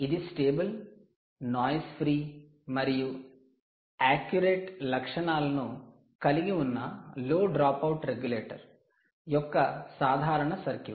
ఇది stable noise free మరియు accurate లక్షణాలను కలిగి ఉన్న 'low dropout regulator' 'low dropout regulator' యొక్క సాధారణ సర్క్యూట్